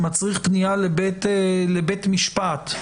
שמצריך פנייה לבית משפט,